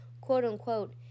quote-unquote